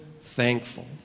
thankful